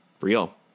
real